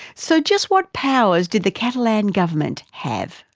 so just what powers did the catalan government have?